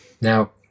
Now